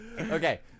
Okay